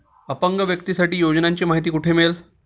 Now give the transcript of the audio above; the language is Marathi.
अपंग व्यक्तीसाठीच्या योजनांची माहिती कुठे मिळेल?